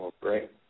great